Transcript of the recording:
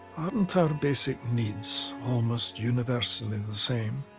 aren't our basic needs almost universally the same?